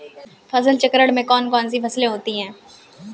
फसल चक्रण में कौन कौन सी फसलें होती हैं?